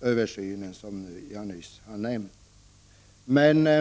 översynen som jag nyss har nämnt.